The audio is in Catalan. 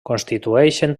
constitueixen